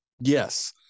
Yes